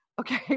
Okay